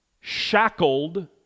shackled